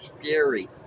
fury